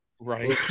Right